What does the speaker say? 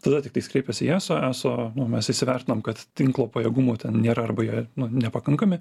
tada tiktais kreipėsi į eso eso nu mes įsivertinom kad tinklo pajėgumų ten nėra arba jie nu nepakankami